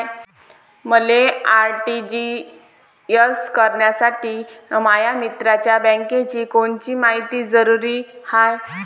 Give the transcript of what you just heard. मले आर.टी.जी.एस करासाठी माया मित्राच्या बँकेची कोनची मायती जरुरी हाय?